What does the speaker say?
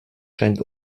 scheint